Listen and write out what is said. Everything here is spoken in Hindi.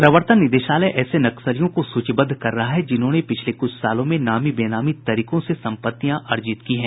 प्रवर्तन निदेशालय ऐसे नक्सलियों को सूचीबद्ध कर रहा है जिन्होंने पिछले कुछ सालों में नामी बेनामी तरीकों से सम्पत्तियां अर्जित की हैं